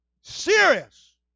serious